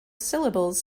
syllables